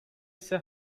ise